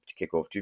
kickoff